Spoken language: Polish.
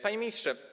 Panie Ministrze!